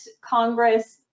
Congress